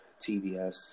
TBS